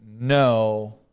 no